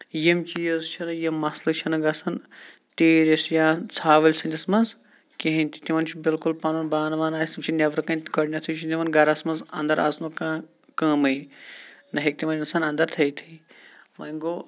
یِم چیٖز چھِنہٕ یِم مَسلہٕ چھِنہٕ گژھان تیٖرِس یا ژھاوٕلۍ سٔندِس منٛز کِہینۍ تہِ تِمن چھُ بِلکُل پَنُن بانہٕ وانہٕ آسہِ سُہ چھُ نیبرٕ کٔنۍ گۄڈٕنیتھٕے چھُ نِوان گرَس منٛز اَندر اَژٕنُک کانہہ کٲمٕے نہ ہٮ۪کہِ تِمن اِنسان اَندر تھٲوتھٕے وۄنۍ گوٚو